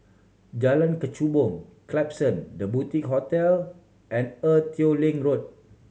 Jalan Kechubong Klapson The Boutique Hotel and Ee Teow Leng Road